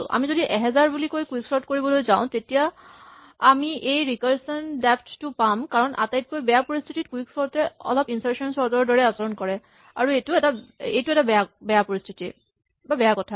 আমি যদি ১০০০ বুলি কৈ কুইকচৰ্ট কৰিবলৈ যাওঁ তেতিয়া আমি এই ৰিকাৰচন ডেফ্ট টো পাম কাৰণ আটাইতকৈ বেয়া পৰিস্হিতিত কুইক চৰ্ট এ অলপ ইনচাৰ্চন চৰ্ট ৰ দৰে আচৰণ কৰে আৰু এইটো বেয়া কথা